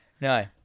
No